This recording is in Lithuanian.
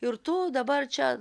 ir tu dabar čia